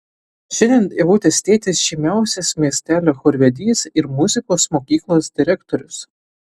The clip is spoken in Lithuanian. šiandien ievutės tėtis žymiausias miestelio chorvedys ir muzikos mokyklos direktorius